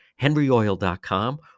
henryoil.com